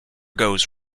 goes